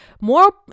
more